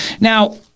Now